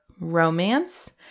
romance